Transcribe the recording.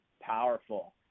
powerful